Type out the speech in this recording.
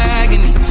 agony